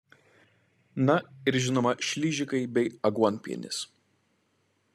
na ir žinoma šližikai bei aguonpienis